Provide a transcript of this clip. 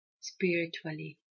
spiritually